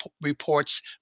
reports